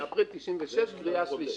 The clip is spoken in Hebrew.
אפריל 1996 קריאה שלישית.